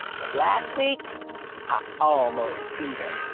but last week i almost beat her.